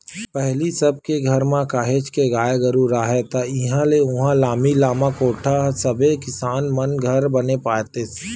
पहिली सब के घर म काहेच के गाय गरु राहय ता इहाँ ले उहाँ लामी लामा कोठा ह सबे किसान मन घर बने पातेस